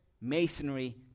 masonry